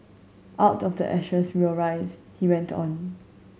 out of the ashes will rise he went on